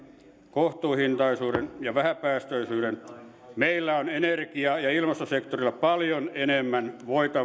kohtuuhintaisuuden ja vähäpäästöisyyden meillä on energia ja ilmastosektorilla paljon enemmän